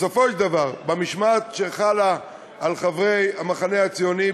בסופו של דבר במשמעת שחלה על חברי המחנה הציוני,